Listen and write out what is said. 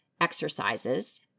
exercises